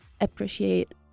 appreciate